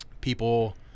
people